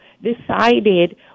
decided